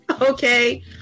Okay